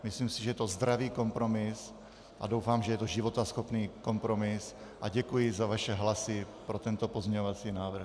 Myslím si, že je to zdravý kompromis, a doufám, že je to životaschopný kompromis, a děkuji za vaše hlasy pro tento pozměňovací návrh.